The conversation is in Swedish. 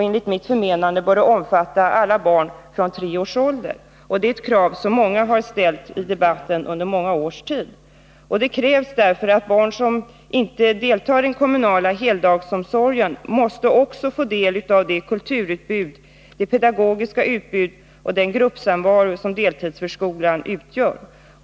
Enligt mitt förmenande bör den omfatta alla barn från tre års ålder. Det är ett krav som många har ställt i debatten under flera års tid. Det krävs därför att barn som inte deltar i den kommunala heldagsomsorgen också får del av det kulturutbud, det pedagogiska utbud och den gruppsamvaro som deltidsförskolan ger.